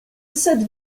sed